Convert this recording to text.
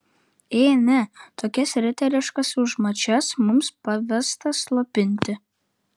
ė ne tokias riteriškas užmačias mums pavesta slopinti